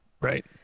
right